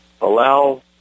Allow